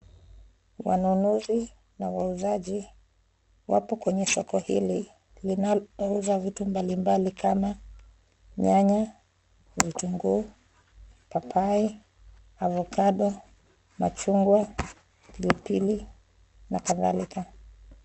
Wanunuzi na wauzaji wapo kwenye soko hili linalouza vitu mbalimbali kama nyanya, vitunguu, papai, avocado ,machungwa, pilipili na kadhalika.